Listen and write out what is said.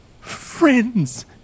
friends